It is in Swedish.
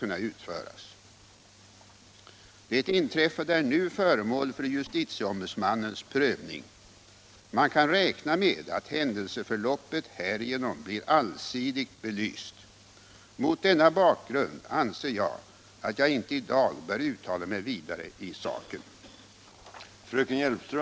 Anser statsrådet att det som hänt i Umeå är förenligt med de demokratiska traditioner som anses gälla i Sverige, och är det i överensstämmelse med den uttalade målsättningen att polisen skall främja ett gott samarbete med allmänheten?